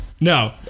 No